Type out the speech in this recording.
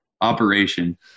operation